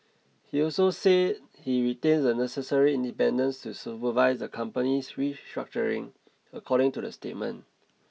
he also said he retains the necessary independence to supervise the company's restructuring according to the statement